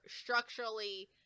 structurally